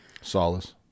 Solace